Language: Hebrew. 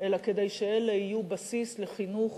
אלא כדי שאלה יהיו בסיס לחינוך